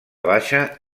baixa